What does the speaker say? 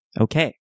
Okay